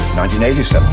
1987